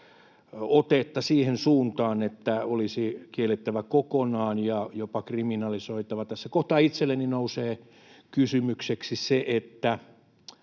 otetta siihen suuntaan, että olisi kiellettävä kokonaan ja jopa kriminalisoitava. Tässä kohtaa itselleni nousee kysymykseksi: jos